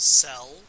sell